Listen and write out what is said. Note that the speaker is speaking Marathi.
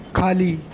खाली